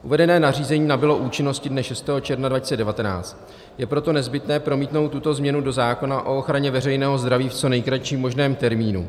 Uvedené nařízení nabylo účinnosti dne 6. června 2019, je proto nezbytné promítnout tuto změnu do zákona o ochraně veřejného zdraví v co nejkratším možném termínu.